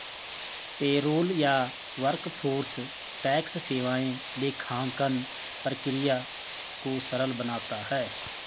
payroll या workforce tax सेवाएं लेखांकन प्रक्रिया को सरल बनाता है